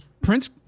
Prince